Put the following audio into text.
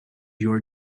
your